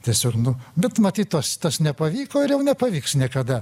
tiesiog nu bet matyt tos tas nepavyko ir jau nepavyks niekada